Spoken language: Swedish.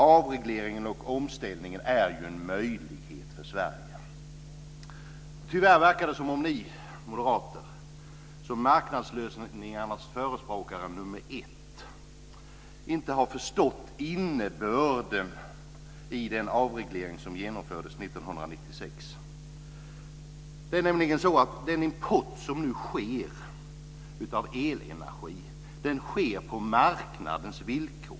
Avregleringen och omställningen är en möjlighet för Sverige. Tyvärr verkar det som om ni moderater, som marknadslösningarnas förespråkare nummer ett, inte har förstått innebörden i den avreglering som genomfördes 1996. Den import som nu sker av elenergi sker på marknadens villkor.